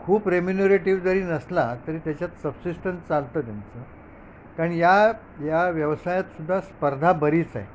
खूप रेम्युन्युरेटिव्ह जरी नसला तरी त्याच्यात सबसिस्टन्स चालतं त्यांचं कारण या या व्यवसायातसुद्धा स्पर्धा बरीच आहे